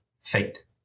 Fate